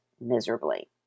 miserably